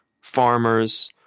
farmers